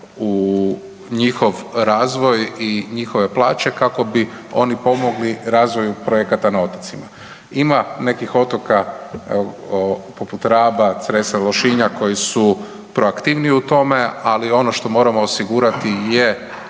u njihov razvoj i njihove plaće kako bi oni pomogli razvoju projekata na otocima. Ima nekih otoka, poput Raba, Cresa, Lošinja koji su proaktivniji u tome, ali ono što moramo osigurati je